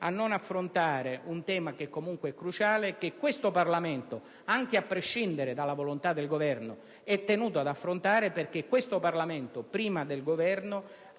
a non affrontare un tema che comunque è cruciale e che questo Parlamento, anche a prescindere dalla volontà del Governo, è tenuto a fare: il Parlamento infatti, prima del Governo,